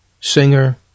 singer